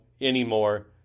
anymore